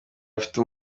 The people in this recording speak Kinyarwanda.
afite